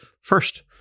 first